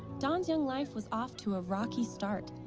dawn's young life was off to a rocky start.